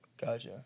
Gotcha